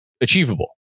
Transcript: achievable